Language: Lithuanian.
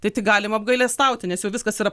tai tik galima apgailestauti nes jau viskas yra